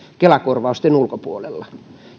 kela korvausten ulkopuolella